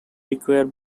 require